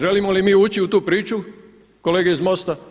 Želimo li mi ući u tu priču kolege iz Mosta?